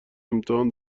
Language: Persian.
امتحان